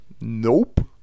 Nope